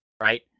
right